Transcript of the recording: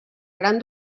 gran